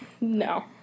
No